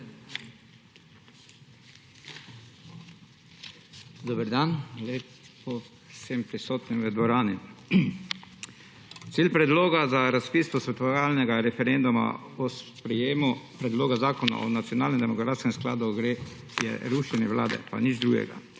Dober dan! Lepo vsem prisotnim v državni. Cilj predloga za razpis posvetovalnega referenduma o sprejemu Predloga Zakona o nacionalnem demografskem skladu je rušenje Vlade, pa ni drugega.